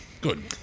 Good